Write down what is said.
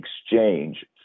exchange